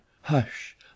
Hush